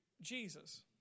Jesus